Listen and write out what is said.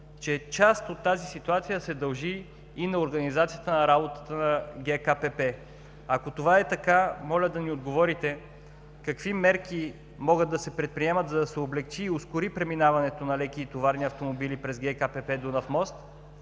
че част от тази ситуация се дължи и на организацията на работата на ГКПП. Ако това е така, моля да ни отговорите какви мерки могат да се предприемат, за да се облекчи и ускори преминаването на леки и товарни автомобили през ГКПП „Дунав мост“?